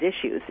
issues